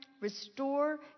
restore